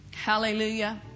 Hallelujah